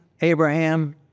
abraham